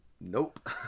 Nope